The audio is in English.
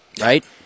right